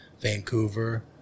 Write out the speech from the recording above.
Vancouver